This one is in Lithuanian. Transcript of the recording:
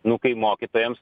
nu kai mokytojams